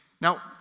Now